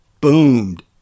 boomed